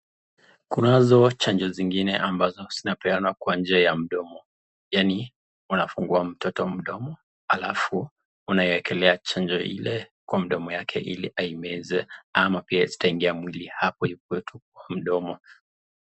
Kunazo chanjo zingine ambazo zinapeanwa kwa njia ya mdomo, yaani wanafungua mtoto mdomo alafu unawekelea chanjo ile kwa mdomo yake ili aimeze ama pia zitaingia mwili hapo ikuwe tu kwa mdomo.